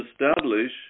establish